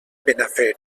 benafer